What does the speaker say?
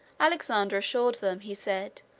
alexander assured them, he said,